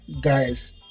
guys